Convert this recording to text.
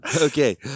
Okay